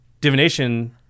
Divination